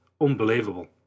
Unbelievable